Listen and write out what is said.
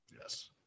Yes